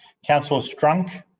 councillor strunk.